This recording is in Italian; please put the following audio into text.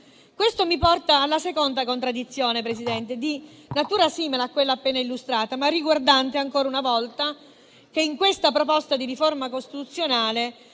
Questo mi porta alla seconda contraddizione, Presidente, di natura simile a quella appena illustrata, ma riguardante ancora una volta in questa proposta di riforma costituzionale,